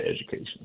education